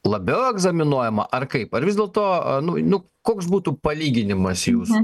labiau egzaminuojama ar kaip ar vis dėlto nu nu koks būtų palyginimas jūsų